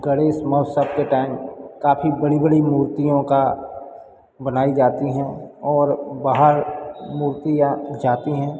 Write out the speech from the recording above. गणेश महोत्सव के टाइम काफ़ी बड़ी बड़ी मूर्तियों का बनाई जाती हैं और बाहर मूर्तियाँ जाती हैं